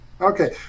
okay